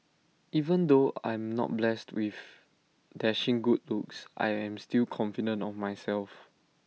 even though I'm not blessed with dashing good looks I am still confident of myself